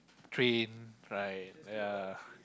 train right ya